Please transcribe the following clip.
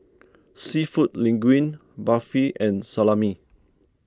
Seafood Linguine Barfi and Salami